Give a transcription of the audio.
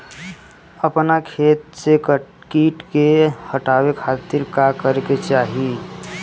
अपना खेत से कीट के हतावे खातिर का करे के चाही?